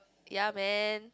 ya man